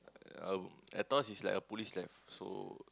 um Aetos is like a police life so